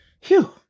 Phew